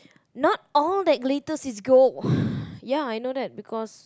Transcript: not all that glitters is gold ya I know that because